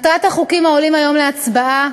מטרת החוקים העולים היום להצבעה,